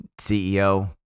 CEO